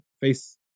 face